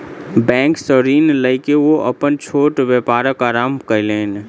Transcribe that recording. bank सॅ ऋण लय के ओ अपन छोट व्यापारक आरम्भ कयलैन